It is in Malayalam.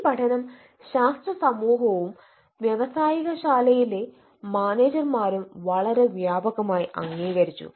ഈ പഠനം ശാസ്ത്ര സമൂഹവും വ്യാവസായികശാലകളിലെ മാനേജർമാരും വളരെ വ്യാപകമായി അംഗീകരിച്ചു